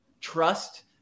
trust